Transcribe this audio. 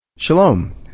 Shalom